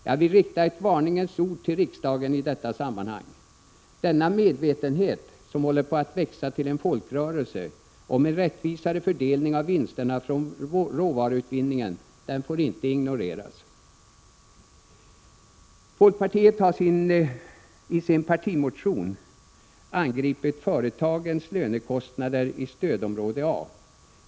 Jag vill rikta ett varningens ord till riksdagen i detta sammanhang: Denna medvetenhet om en rättvisare fördelning av vinsterna från råvaruutvinningen — som håller på att växa till en folkrörelse — får inte ignoreras. Folkpartiet har i sin partimotion angripit företagens lönekostnader i stödområde A.